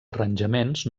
arranjaments